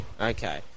Okay